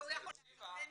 --- שהוא יכול --- זיוה,